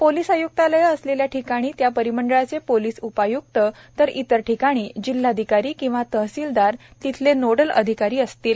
police आय्क्तालयं असलेल्या ठिकाणी त्या परिमंडळाचे पोलीस उपाय्क्त तर इतर ठिकाणी जिल्हाधिकारी किंवा तहसीलदार तिथले नोडल अधिकारी असतील